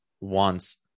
wants